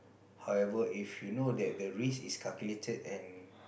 however if you know that the risk is calculated and